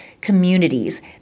communities